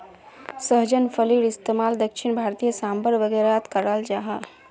सहजन फलिर इस्तेमाल दक्षिण भारतोत साम्भर वागैरहत कराल जहा